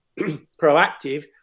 proactive